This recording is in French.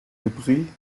repris